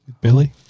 Billy